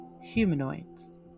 humanoids